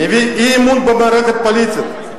מביע אי-אמון במערכת הפוליטית,